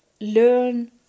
learn